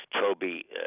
Toby